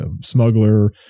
smuggler